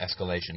escalation